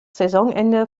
saisonende